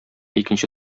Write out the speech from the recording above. икенче